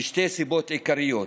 בשתי סיבות עיקריות: